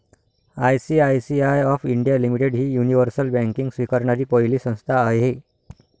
ICICI of India limited ही universal banking स्वीकारणारी पहिली संस्था आहे